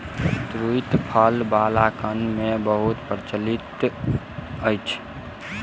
तूईत फल बालकगण मे बहुत प्रचलित अछि